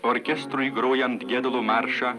orkestrui grojant gedulo maršą